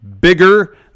bigger